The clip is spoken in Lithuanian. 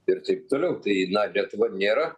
ir taip toliau tai na lietuva nėra